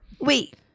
wait